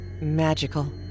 Magical